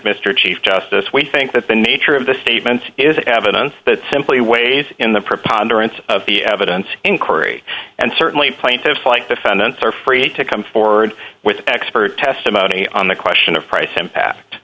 mr chief justice we think that the nature of the statement is evidence that simply weighs in the preponderance of the evidence inquiry and certainly plaintiffs like defendants are free to come forward with expert testimony on the question of price impact